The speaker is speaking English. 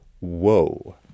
Whoa